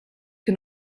que